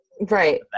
Right